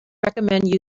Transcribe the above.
recommend